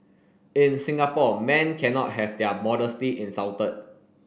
in Singapore men cannot have their modesty insulted